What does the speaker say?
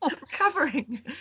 Recovering